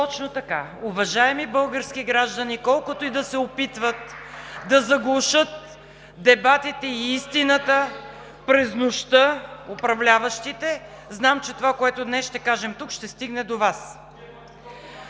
Точно така! Уважаеми български граждани, колкото и да се опитват да заглушат дебатите и истината през нощта управляващите знам, че това, което днес ще кажем тук, ще стигне до Вас.